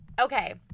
Okay